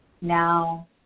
now